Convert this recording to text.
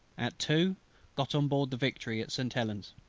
at two got on board the victory, at st. helen's.